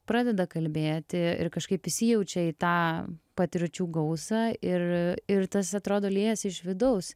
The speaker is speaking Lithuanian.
pradeda kalbėti ir kažkaip įsijaučia į tą patirčių gausą ir ir tas atrodo liejasi iš vidaus